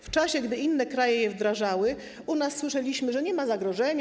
W czasie gdy inne kraje je wdrażały, u nas słyszeliśmy, że nie ma zagrożenia.